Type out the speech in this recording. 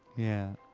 yeah.